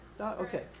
Okay